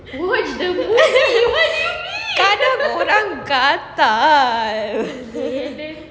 kadang orang gatal